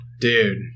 dude